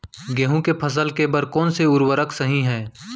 गेहूँ के फसल के बर कोन से उर्वरक सही है?